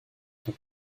tant